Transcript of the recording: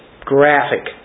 Graphic